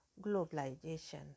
globalization